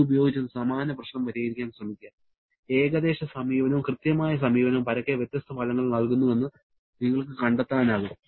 ഇത് ഉപയോഗിച്ച് സമാന പ്രശ്നം പരിഹരിക്കാൻ ശ്രമിക്കുക ഏകദേശ സമീപനവും കൃത്യമായ സമീപനവും പരക്കെ വ്യത്യസ്ത ഫലങ്ങൾ നൽകുന്നുവെന്ന് നിങ്ങൾക്ക് കണ്ടെത്താനാകും